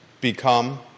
become